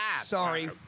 sorry